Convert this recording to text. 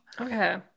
Okay